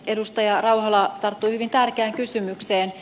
edustaja rauhala tarttui hyvin tärkeään kysymykseen